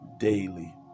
daily